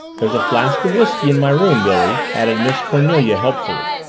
there's a flask of whisky in my room, billy, added miss cornelia helpfully.